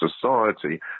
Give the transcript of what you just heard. society